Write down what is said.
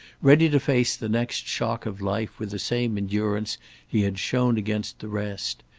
ready to face the next shock of life with the same endurance he had shown against the rest.